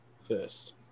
first